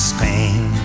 Spain